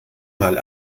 mal